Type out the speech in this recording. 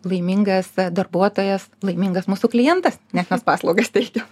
laimingas darbuotojas laimingas mūsų klientas nes mes paslaugas teikiam